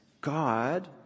God